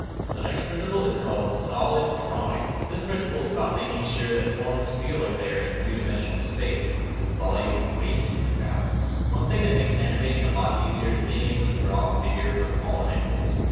so the next principle is called solid drawing. this principle is about making sure that forms feel like they are in three-dimensional space with volume weight and balance. one thing that makes animating a lot easier is being able to draw a figure from all angles.